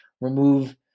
remove